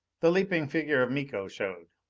the leaping figure of miko showed.